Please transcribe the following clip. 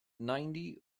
ninety